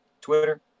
Twitter